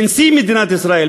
מנשיא מדינת ישראל,